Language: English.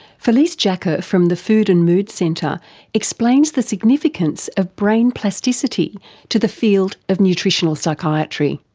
felice jacka from the food and mood centre explains the significance of brain plasticity to the field of nutritional psychiatry.